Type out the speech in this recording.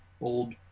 old